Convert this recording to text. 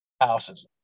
houses